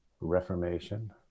Reformation